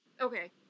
Okay